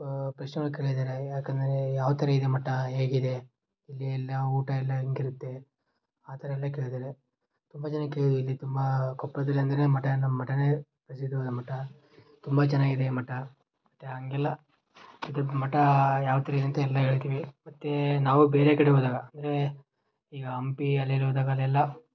ಪ್ರಶ್ನೆಗಳು ಕೇಳಿದರೆ ಯಾಕಂದರೆ ಯಾವ ಥರ ಇದೆ ಮಠ ಹೇಗಿದೆ ಇಲ್ಲಿ ಎಲ್ಲ ಊಟ ಎಲ್ಲ ಹೇಗಿರುತ್ತೆ ಆ ಥರ ಎಲ್ಲ ಕೇಳಿದಾರೆ ತುಂಬ ಜನ ಕೇಳಿದೀವಿ ಇಲ್ಲಿ ತುಂಬ ಕೊಪ್ಪಳದಲ್ಲಿ ಅಂದರೆ ಮಠ ನಮ್ಮ ಮಠನೇ ಪ್ರಸಿದ್ದವಾದ ಮಠ ತುಂಬ ಚೆನ್ನಾಗಿದೆ ಮಠ ಮತ್ತು ಹಾಗೆಲ್ಲ ಇದು ಮಠ ಯಾವ ಥರ ಇದೆ ಅಂತ ಎಲ್ಲ ಹೇಳ್ತಿವಿ ಮತ್ತೆ ನಾವು ಬೇರೆ ಕಡೆ ಹೋದಾಗ ಅಂದರೆ ಈಗ ಹಂಪಿ ಅಲ್ಲಿಲ್ಲಿ ಹೋದಾಗ ಅಲ್ಲೆಲ್ಲ